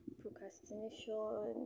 procrastination